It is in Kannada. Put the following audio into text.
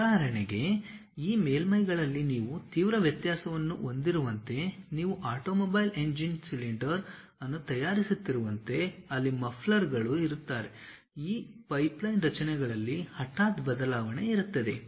ಉದಾಹರಣೆಗೆ ಈ ಮೇಲ್ಮೈಗಳಲ್ಲಿ ನೀವು ತೀವ್ರ ವ್ಯತ್ಯಾಸವನ್ನು ಹೊಂದಿರುವಂತೆ ನೀವು ಆಟೋಮೊಬೈಲ್ ಎಂಜಿನ್ ಸಿಲಿಂಡರ್ ಅನ್ನು ತಯಾರಿಸುತ್ತಿರುವಂತೆ ಅಲ್ಲಿ ಮಫ್ಲರ್ಗಳು ಇರುತ್ತಾರೆ ಈ ಪೈಪ್ಲೈನ್ ರಚನೆಗಳಲ್ಲಿ ಹಠಾತ್ ಬದಲಾವಣೆ ಇರುತ್ತದೆ